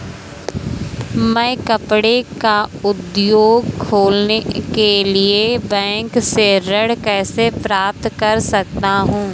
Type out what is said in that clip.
मैं कपड़े का उद्योग खोलने के लिए बैंक से ऋण कैसे प्राप्त कर सकता हूँ?